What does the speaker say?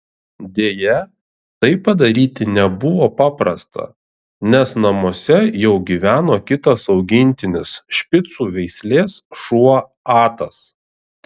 deja tai padaryti nebuvo paprasta nes namuose jau gyveno kitas augintinis špicų veislės šuo atas